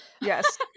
Yes